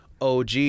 OG